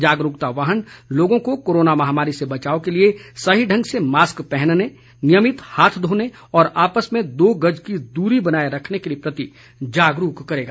जागरूकता वाहन लोगों को कोरोना महामारी से बचाव के लिए सही ढंग से मास्क पहनने नियमित हाथ धोने और आपस में दो गज की दूरी बनाये रखने के प्रति जागरूक करेगा